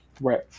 Right